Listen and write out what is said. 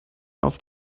auf